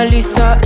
Lisa